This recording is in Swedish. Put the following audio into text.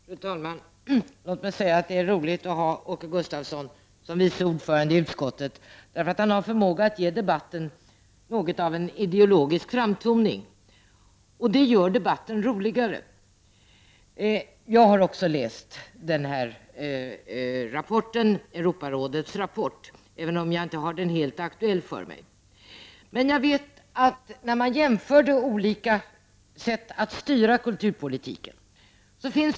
Fru talman! Låt mig säga att det är roligt att ha Åke Gustavsson som vice ordförande i utskottet, därför att han har förmåga att ge debatten något av en ideologisk framtoning. Det gör debatten roligare. Jag har också läst Europarådets rapport, även om jag inte har den helt aktuell för mig. Det finns två sätt att styra kulturpolitiken.